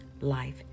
life